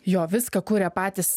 jo viską kuria patys